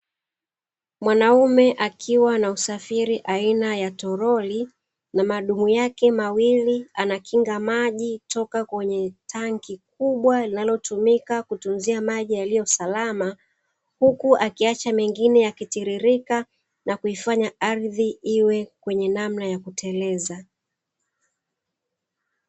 Mwanaume akiwa na usafiri aina ya tololi na madumu yake mawili, anakinga maji kutoka kwenye tanki kubwa linalotumika kutunzia maji yaliyo salama huku akiacha mengine yakitililika na kuifanya ardhi iwe kwenye namna ya kuteleza.